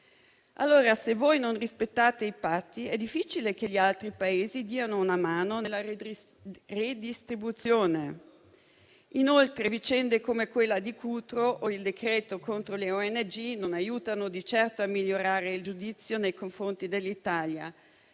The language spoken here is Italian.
Allora, se voi non rispettate i patti, è difficile che gli altri Paesi diano una mano nella redistribuzione. Inoltre, vicende come quella di Cutro o il decreto contro le ONG non aiutano di certo a migliorare il giudizio nei confronti dell'Italia